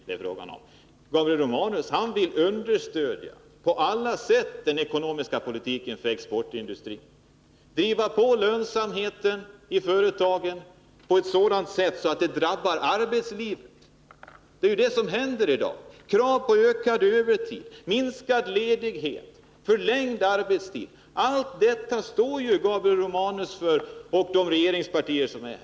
Gabriel Romanus vill på alla sätt understödja den ekonomiska politik som ökar lönsamheten i företagen på ett sådant sätt att det drabbar arbetslivet. Se på vad som händer i dag: Krav på ökad övertid, minskad ledighet, förlängd arbetstid — allt detta står Gabriel Romanus och regeringspartierna för.